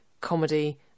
comedy